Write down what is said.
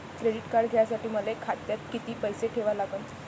Credit card घ्यासाठी मले खात्यात किती पैसे ठेवा लागन?